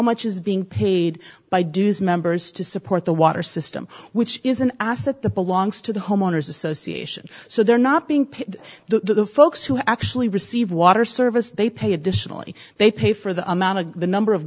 much is being paid by dues members to support the water system which is an asset that belongs to the homeowners association so they're not being paid the folks who actually receive water service they pay additionally they pay for the amount of the number of